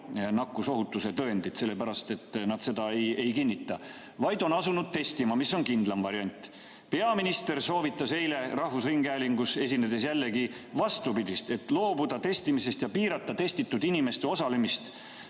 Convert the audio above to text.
nakkusohutuse tõendid, sellepärast et nad seda [ohutust] ei kinnita, vaid on asunud testima, mis on kindlam variant. Peaminister soovitas eile rahvusringhäälingus esinedes jällegi vastupidist: loobuda testimisest ja piirata testitud inimeste osalemist